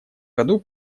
году